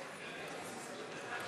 אחרי הכרזת התוצאות